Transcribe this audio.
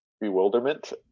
bewilderment